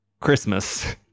Christmas